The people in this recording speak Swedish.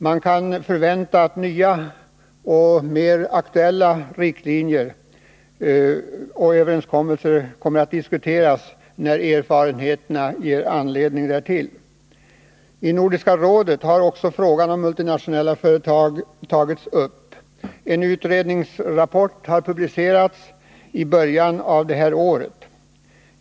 Man kan förvänta att nya och mer aktuella riktlinjer och överenskommelser kommer att diskuteras när erfarenheterna ger anledning därtill. I Nordiska rådet har också frågan om multinationella företag tagits upp. En utredningsrapport har publicerats i början av det här året.